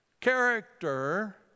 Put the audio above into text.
character